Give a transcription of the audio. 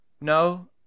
No